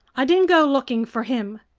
i didn't go looking for him!